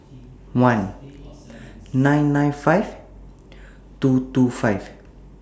one nine nine five two two five